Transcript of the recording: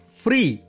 free